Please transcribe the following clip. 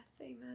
Amen